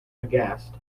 aghast